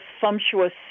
sumptuous